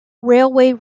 railway